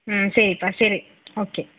ம் சரிப்பா சரி ஓகே